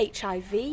HIV